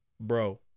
Bro